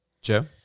Joe